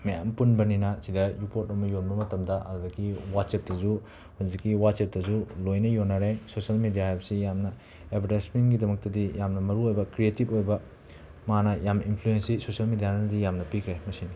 ꯃꯌꯥꯝ ꯄꯨꯟꯕꯅꯤꯅ ꯁꯤꯗ ꯄꯣꯠ ꯑꯃ ꯌꯣꯟꯕ ꯃꯇꯝꯗ ꯑꯗꯨꯗꯒꯤ ꯋꯥꯠꯆꯦꯞꯇꯁꯨ ꯍꯧꯖꯤꯛꯀꯤ ꯋꯥꯠꯆꯦꯞꯇꯁꯨ ꯂꯣꯏꯅ ꯌꯣꯟꯅꯔꯦ ꯁꯣꯁꯦꯜ ꯃꯦꯗꯤꯌꯥ ꯍꯥꯏꯕꯁꯤ ꯌꯥꯝꯅ ꯑꯦꯕꯔꯗꯥꯏꯁꯃꯦꯟꯒꯤꯗꯃꯛꯇꯗꯤ ꯌꯥꯝꯅ ꯃꯔꯨ ꯑꯣꯏꯕ ꯀ꯭ꯔꯤꯌꯦꯇꯤꯞ ꯑꯣꯏꯕ ꯃꯥꯅ ꯌꯥꯝ ꯏꯟꯐ꯭ꯂꯨꯌꯦꯟꯁꯤ ꯁꯣꯁꯦꯜ ꯃꯦꯗꯤꯌꯥꯅꯗꯤ ꯌꯥꯝꯅ ꯄꯤꯈ꯭ꯔꯦ ꯃꯁꯤꯅꯤ